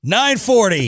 9-40